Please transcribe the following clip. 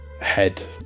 head